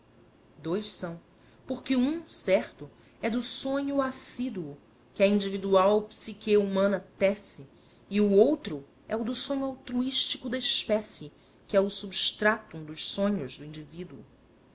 dois são porque um certo é do sonho assíduo que a individual psique humana tece e o outro é o do sonho altruístico da espécie que é o substractum dos sonhos do indivíduo